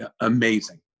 amazing